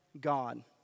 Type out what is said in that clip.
God